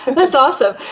and that's awesome.